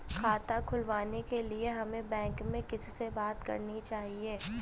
खाता खुलवाने के लिए हमें बैंक में किससे बात करनी चाहिए?